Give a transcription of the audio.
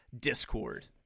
Discord